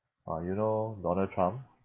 ah you know donald trump